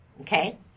Okay